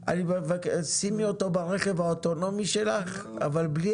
שימי אותו ברכב האוטונומי שלך אבל בלי